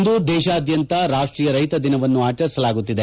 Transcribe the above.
ಇಂದು ದೇಶಾದ್ಯಂತ ರಾಷ್ಟೀಯ ರೈತ ದಿನವನ್ನು ಆಚರಿಸಲಾಗುತ್ತಿದೆ